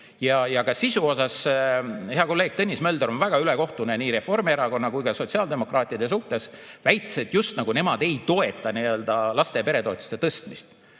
Ja ka sisu osas hea kolleeg Tõnis Mölder on väga ülekohtune nii Reformierakonna kui ka sotsiaaldemokraatide suhtes, väites, just nagu nemad ei toetaks laste- ja peretoetuste tõstmist.